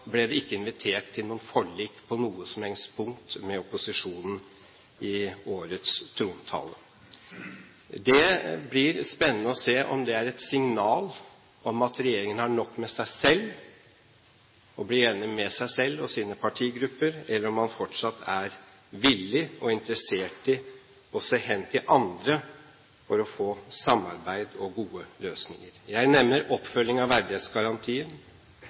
ble det ikke invitert til noen forlik på noe som helst punkt med opposisjonen i årets trontale. Det blir spennende å se om det er et signal om at regjeringen har nok med seg selv, å bli enig med seg selv og sine partigrupper, eller om man fortsatt er villig til og interessert i å se hen til andre for å få samarbeid og gode løsninger. Jeg nevner oppfølging av